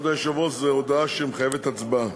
כבוד היושב-ראש, זו הודעה שמחייבת הצבעה.